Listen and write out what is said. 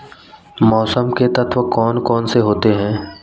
मौसम के तत्व कौन कौन से होते हैं?